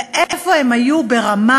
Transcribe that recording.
ואיפה הם היו ברמה